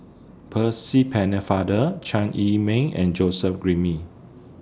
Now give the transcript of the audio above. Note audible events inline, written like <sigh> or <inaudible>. Percy Pennefather Chai Yee Mei and Joseph <unintelligible>